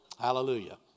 hallelujah